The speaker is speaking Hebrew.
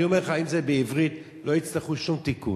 אני אומר לך שאם זה בעברית לא יצטרכו שום תיקון.